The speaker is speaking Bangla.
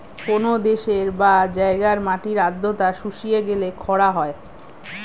কোন দেশের বা জায়গার মাটির আর্দ্রতা শুষিয়ে গেলে খরা হয়